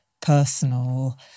personal